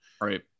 right